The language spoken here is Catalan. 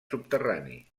subterrani